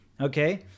okay